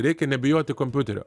reikia nebijoti kompiuterio